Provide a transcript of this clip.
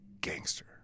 Gangster